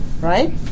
right